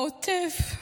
העוטף,